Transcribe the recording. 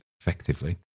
effectively